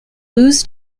lewes